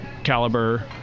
caliber